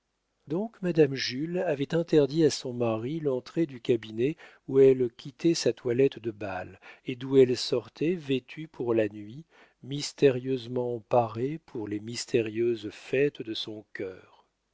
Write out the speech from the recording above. donc madame jules avait interdit à son mari l'entrée du cabinet où elle quittait sa toilette de bal et d'où elle sortait vêtue pour la nuit mystérieusement parée pour les mystérieuses fêtes de son cœur